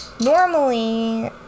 normally